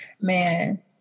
Man